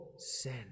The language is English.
Sin